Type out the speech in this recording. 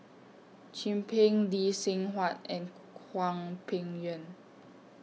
Chin Peng Lee Seng Huat and Hwang Peng Yuan